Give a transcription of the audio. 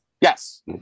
Yes